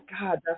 God